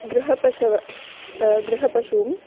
गृहपशवः गृहपशुम्